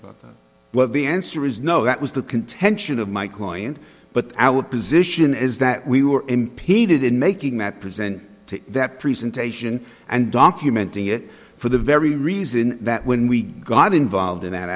about well the answer is no that was the contention of my client but our position is that we were impeded in making that present to that presentation and documenting it for the very reason that when we got involved in that